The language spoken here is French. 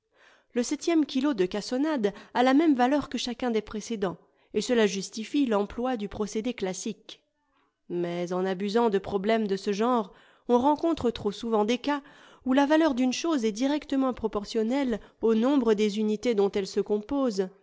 le septième kilo de cassonade a la même valeur que chacun des précédents et cela justifie l'emploi du procédé classique mais en abusant de problèmes de ce genre on rencontre trop souvent des cas où la valeur d'une chose est directement proportionnelle au nombre des unités dont elle se compose